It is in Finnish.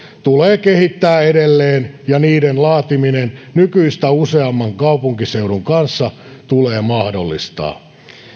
tulee kehittää edelleen ja niiden laatiminen nykyistä useamman kaupunkiseudun kanssa tulee mahdollistaa